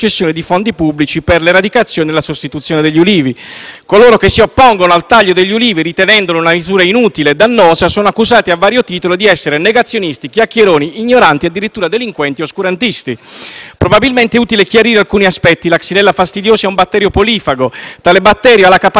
Coloro che si oppongono al taglio degli olivi, ritenendolo una misura inutile e dannosa, sono accusati, a vario titolo, di essere negazionisti, chiacchieroni, ignoranti e addirittura delinquenti e oscurantisti. Probabilmente è utile chiarire alcuni aspetti. La xylella fastidiosa è un batterio polifago, che ha la capacità di sopravvivere su centinaia di piante sia erbacee, che arboree.